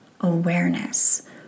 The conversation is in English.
awareness